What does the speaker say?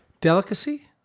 Delicacy